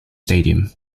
stadium